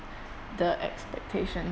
the expectation